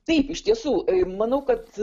taip iš tiesų manau kad